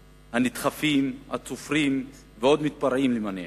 הנדחפים, הצופרים, ועוד מתפרעים למיניהם.